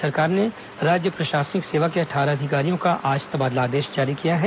राज्य सरकार ने राज्य प्रशासनिक सेवा के अट्ठारह अधिकारियों का आज तबादला आदेश जारी किया है